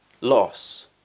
loss